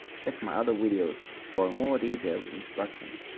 check my other videos for more detailed instructions.